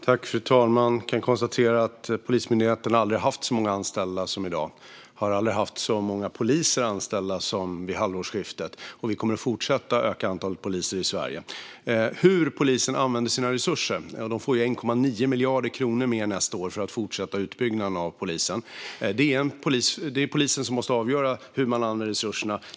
Fru talman! Jag kan konstatera att Polismyndigheten aldrig har haft så många anställda som i dag. Man har aldrig haft så många poliser anställda som vid halvårsskiftet, och vi kommer att fortsätta att öka antalet poliser i Sverige. När det gäller frågan om hur polisen använder sina resurser får de 1,9 miljarder kronor nästa år för att fortsätta utbyggnaden av polisen. Det är polisen som måste avgöra hur man använder resurserna.